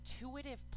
intuitive